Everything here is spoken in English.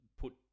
put